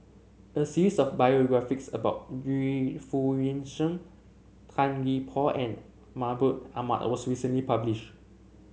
a series of biographies about Yu Foo Yee Shoon Tan Gee Paw and Mahmud Ahmad was recently published